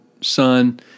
son